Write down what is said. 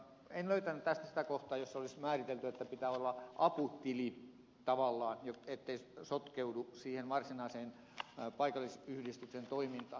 en löytänyt tästä sitä kohtaa jossa olisi määritelty että pitää olla aputili tavallaan ettei sotkeudu siihen varsinaiseen paikallisyhdistyksen toimintaan